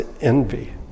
envy